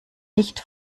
nicht